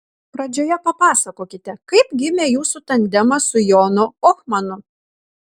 pradžioje papasakokite kaip gimė jūsų tandemas su jonu ohmanu